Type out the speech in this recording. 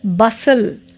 bustle